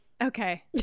Okay